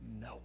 no